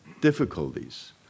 difficulties